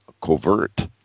covert